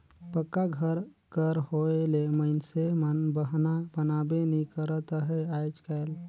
पक्का घर कर होए ले मइनसे मन बहना बनाबे नी करत अहे आएज काएल